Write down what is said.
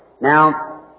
Now